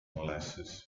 molasses